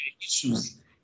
issues